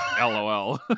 lol